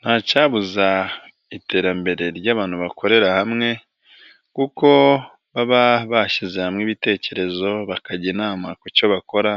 Ntacyabuza iterambere ry'abantu bakorera hamwe, kuko baba bashyize hamwe ibitekerezo bakajya inama ku cyo bakora